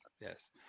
Yes